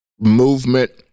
movement